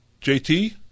JT